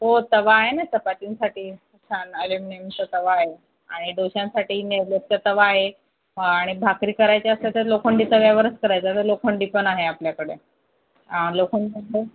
हो तवा आहे ना चपातींसाठी छान ॲल्युमिनियनचा तवा आहे आणि डोश्यांसाठी निर्लेपचा तवा आहे आणि भाकरी करायच्या असतील तर लोखंडी तव्यावरच करायच्या लोखंडी पण आहे आपल्याकडे हा लोखंड